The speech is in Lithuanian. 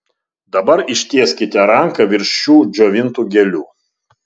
dabar ištieskite ranką virš šių džiovintų gėlių